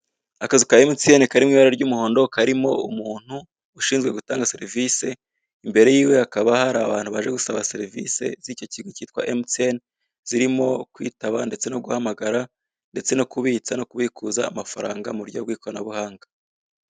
Akazu ka Emutiyene kari mu ibara ry'umuhondo, karimo umuntu ushinzwe gutanga serivisi. Imbere y'iwe hakaba hari abantu bari gusaba serivisi z'icyo kigo cyitwa Emutiyeni zirimo: kwitaba ndeteseno guhamagara ndetse no kubitsa no kubikuza mafaranga mu buryo bw'ikoranabuhanga.